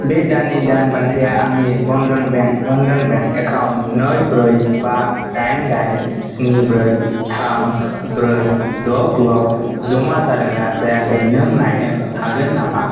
बे दाननि दान बान्थाया आंनि Bandhan bank Bandhan bank account नै ब्रै बा दाइन दाइन स्नि ब्रै थाम ब्रै द' गुआव जमा जादोंना जायाखै नों नायनो हागोन नामा